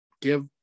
give –